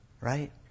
Right